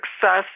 success